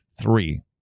Three